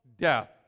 death